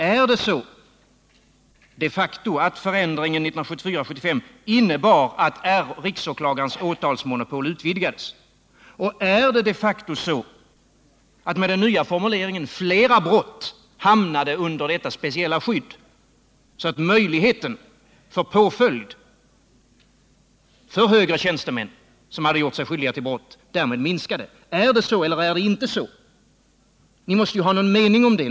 Är det de facto så att förändringen 1974-1975 innebar att riksåklagarens åtalsmonopol utvidgades? Är det de facto så att med den nya formuleringen flera brott hamnade under detta speciella skydd, så att möjligheten för påföljd för högre tjänstemän som hade gjort sig skyldiga till brott därmed minskade? Är det så, eller är det inte så? Ni måste väl ha en mening om det.